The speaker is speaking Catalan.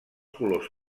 colors